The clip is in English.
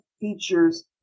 features